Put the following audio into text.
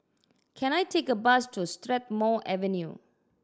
can I take a bus to Strathmore Avenue